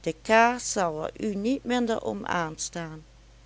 de kaas zal er u niet minder om